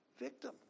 victim